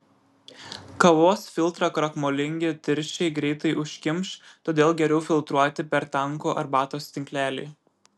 kavos filtrą krakmolingi tirščiai greitai užkimš todėl geriau filtruoti per tankų arbatos tinklelį